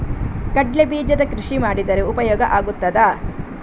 ಕಡ್ಲೆ ಬೀಜದ ಕೃಷಿ ಮಾಡಿದರೆ ಉಪಯೋಗ ಆಗುತ್ತದಾ?